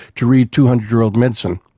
to read two hundred year old medicine.